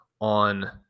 on